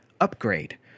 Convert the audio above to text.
upgrade